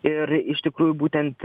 ir iš tikrųjų būtent